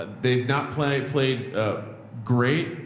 they've not played, played great,